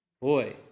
Boy